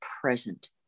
present